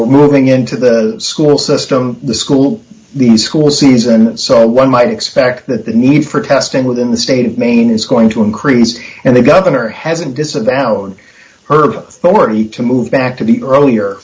know moving into the school system the school the school season so one might expect that the need for testing within the state of maine is going to increase and the governor hasn't disavowed on her but were he to move back to be earlier